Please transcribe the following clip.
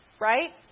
Right